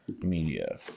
Media